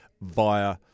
via